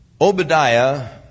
Obadiah